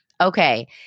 Okay